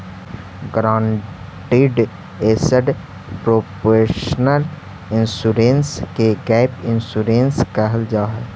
guaranteed asset protection insurance के gap insurance कहल जाऽ हई